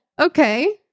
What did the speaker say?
okay